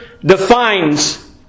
defines